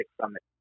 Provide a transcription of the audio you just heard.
summit